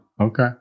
Okay